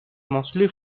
mostly